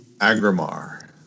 Agrimar